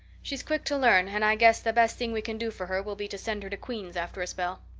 she's quick to learn and i guess the best thing we can do for her will be to send her to queen's after a spell.